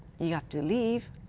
you got to leave.